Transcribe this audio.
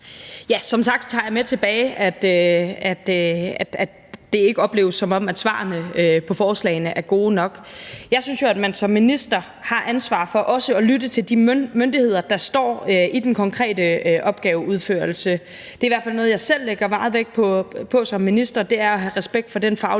Som sagt tager jeg med tilbage, at svarene på forslagene ikke opleves som værende gode nok. Jeg synes jo, at man som minister har ansvar for også at lytte til de myndigheder, der står med den konkrete opgaveudførelse. Det er i hvert fald noget, jeg selv lægger meget vægt på som minister, altså at have respekt for den faglighed,